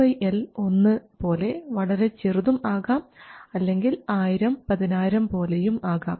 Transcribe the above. WL 1 പോലെ വളരെ ചെറുതും ആകാം അല്ലെങ്കിൽ 1000 10000 പോലെയും ആകാം